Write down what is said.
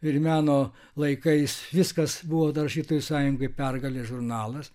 ir meno laikais viskas buvo rašytojų sąjungoj pergalės žurnalas